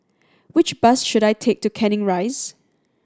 which bus should I take to Canning Rise